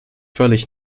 völlig